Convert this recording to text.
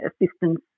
assistance